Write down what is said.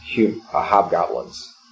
hobgoblins